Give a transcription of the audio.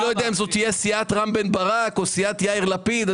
אני לא יודע אם זאת תהיה סיעת רם בן ברק או סיעת יאיר לפיד.